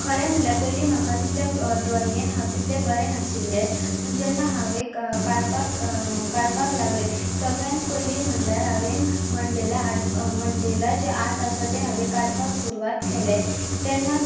खरें म्हणल्यार पयलीं म्हाका तितलें ड्रॉइंगेन हांव तितलें बरें नाशिल्लें पूण जेन्ना हांवें काडपाक काडपाक लागलें सगळ्यांत पयलीं म्हणल्यार हांवे मंडाला आर्ट मंडाला जें आर्ट आसा तें हांवेन काडपाक सुरवात केलें